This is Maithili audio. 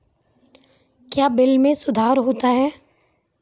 क्या बिल मे सुधार होता हैं?